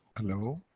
hello?